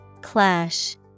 Clash